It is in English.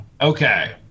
Okay